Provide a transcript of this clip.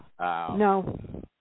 No